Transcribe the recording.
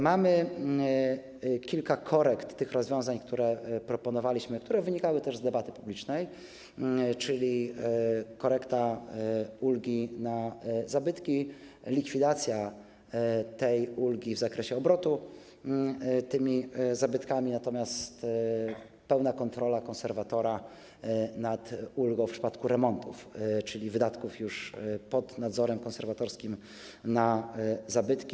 Mamy kilka korekt tych rozwiązań, które proponowaliśmy i które wynikały też z debaty publicznej, czyli jest korekta ulgi na zabytki, likwidacja tej ulgi w zakresie obrotu zabytkami, natomiast pełna kontrola konserwatora nad ulgą w przypadku remontów, czyli wydatków już pod nadzorem konserwatorskim na zabytki.